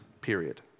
period